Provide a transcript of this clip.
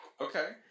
Okay